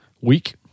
week